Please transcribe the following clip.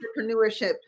Entrepreneurship